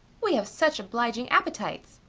we have such obliging appetites.